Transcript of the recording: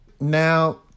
Now